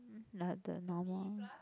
like the normal